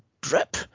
drip